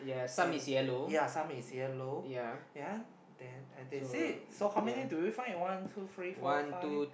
and ya some is yellow ya then and that's it so many do we find one two three four five